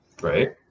Right